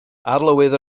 arlywydd